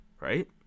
right